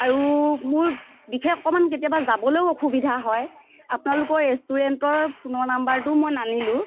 আৰু মোৰ বিশেষ অকমান কেতিয়াবা যাবলৈয়ো অসুবিধা হয় আপোনালোকৰ ৰেষ্টুৰেণ্টৰ ফোনৰ নাম্বাৰটোও মই নানিলোঁ